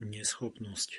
neschopnosť